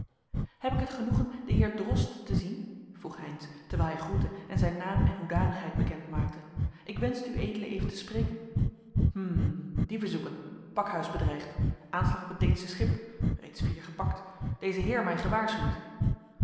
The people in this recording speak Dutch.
heb ik het genoegen den heer drost te zien vroeg heynsz terwijl hij groette en zijn naam en hoedanigheid bekend maakte ik wenschte ued even te spreken hm dieven zoeken pakhuis bedreigd aanslag op het deensche schip reeds vier gepakt deze heer mij gewaarschuwd